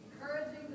Encouraging